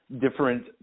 different